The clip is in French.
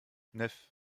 neuf